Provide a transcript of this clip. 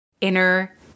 inner